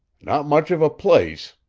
not much of a place,